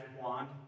wand